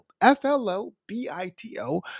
F-L-O-B-I-T-O